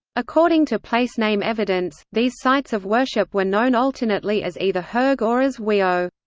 according to place name evidence, these sites of worship were known alternately as either hearg or as weoh.